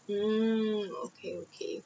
mm okay okay